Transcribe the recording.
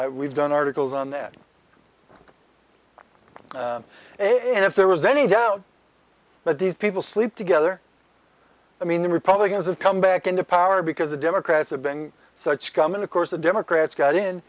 we've done articles on there and if there was any doubt that these people sleep together i mean the republicans have come back into power because the democrats have been such scum and of course the democrats got in